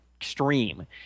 extreme